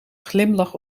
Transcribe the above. glimlach